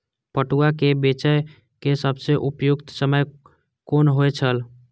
पटुआ केय बेचय केय सबसं उपयुक्त समय कोन होय छल?